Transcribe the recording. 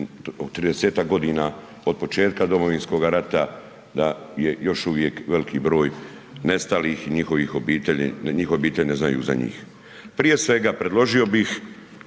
30-ak godina od početka Domovinskoga rata, da je još uvijek veliki broj nestalih i njihovih obitelji, da njihove obitelji ne znaju za njih. Prije svega, predložio bih,